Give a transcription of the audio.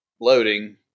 loading